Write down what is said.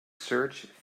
search